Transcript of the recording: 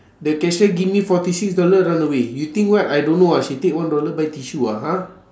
the cashier give me forty six dollar run away you think what I don't know ah she take one dollar buy tissue ah !huh!